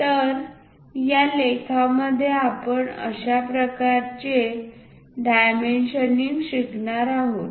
तर या लेखामध्ये आपण अशा प्रकारचे डायमेंशनिंग शिकणार आहोत